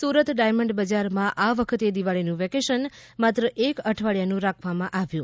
Surat diamond બજારમાં આ વખતે દિવાળીનુ વેકેશન માત્ર એક અઠવાડીયાનુ રાખવામાં આવ્યુ